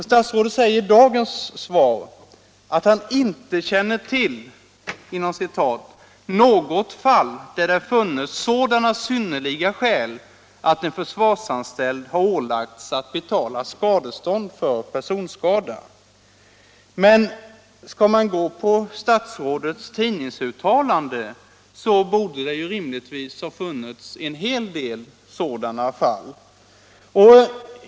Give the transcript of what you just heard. Statsrådet säger i dagens svar att han inte känner till ”något fall där det har funnits sådana synnerliga skäl att en försvarsanställd har ålagts att betala skadestånd för personskada”. Men skall man gå efter statsrådets tidningsuttalande borde det rimligen funnits en hel del sådana fall.